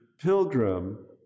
pilgrim